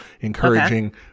encouraging